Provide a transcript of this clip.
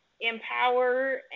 empower